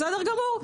בסדר גמור.